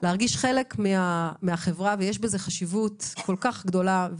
להרגיש חלק מהחברה, ויש בזה חשיבות כל כך גדולה.